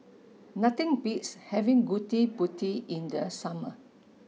nothing beats having gudeg putih in the summer